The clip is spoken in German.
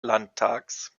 landtages